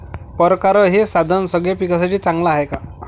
परकारं हे साधन सगळ्या पिकासाठी चांगलं हाये का?